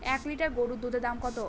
এক লিটার গরুর দুধের দাম কত?